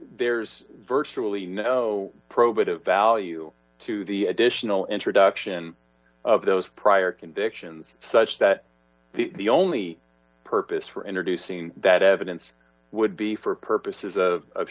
there's virtually no probative value to the additional introduction of those prior convictions such that the only purpose for introducing that evidence would be for purposes of